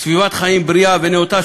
סביבת חיים בריאה ונאותה,